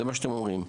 זה מה שאתם אומרים.